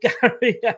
Gary